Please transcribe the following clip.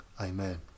amen